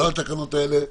לא על התקנות האלה,